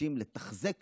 שמבקשים לתחזק